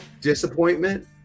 disappointment